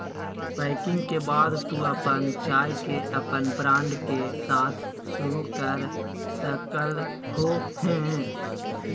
packing के बाद तू अपन चाय के अपन ब्रांड के साथ शुरू कर सक्ल्हो हें